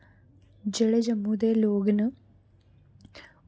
जेह्ड़े जम्मू दे लोग न